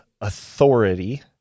authority